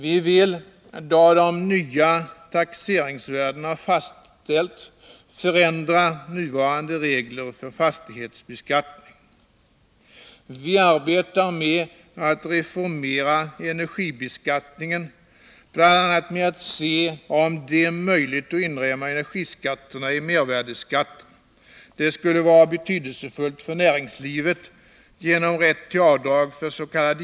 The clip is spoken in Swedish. Vi vill, då de nya taxeringsvärdena fastställts, förändra nuvarande regler för fastighetsbeskattning. Vi arbetar med att reformera energibeskattningen, bl.a. genom att se om det är möjligt att inrymma energiskatterna i mervärdeskatten. Detta skulle vara betydelsefullt för näringslivet genom rätten till avdrag förs.k.